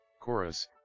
Chorus